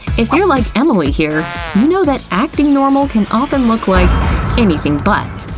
if you're like emily here, you know that acting normal can often look like anything but.